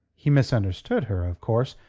he misunderstood her, of course,